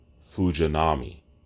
Fujinami